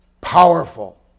powerful